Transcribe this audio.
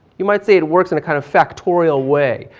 you might say it works in a kind of factorial way.